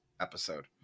episode